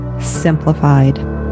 Simplified